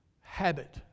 habit